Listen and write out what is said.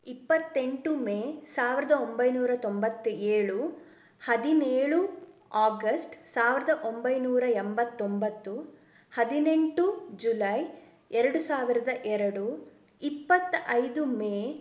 ಇಪ್ಪತ್ತೆಂಟು ಮೇ ಸಾವಿರದ ಒಂಬೈನೂರ ತೊಂಬತ್ತೇಳು ಹದಿನೇಳು ಆಗಸ್ಟ್ ಸಾವಿರದ ಒಂಬೈನೂರ ಎಂಬತ್ತೊಂಬತ್ತು ಹದಿನೆಂಟು ಜುಲೈ ಎರಡು ಸಾವಿರದ ಎರಡು ಇಪ್ಪತ್ತೈದು ಮೇ